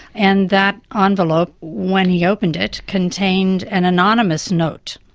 and that ah envelope when he opened it contained an anonymous note.